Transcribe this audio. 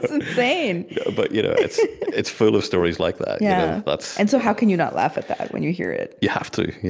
but insane but you know it's it's full of stories like that yeah but and so how can you not laugh at that when you hear it? you have to.